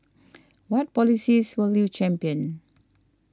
what policies will you champion